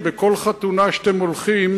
בכל חתונה שאתם הולכים